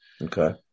Okay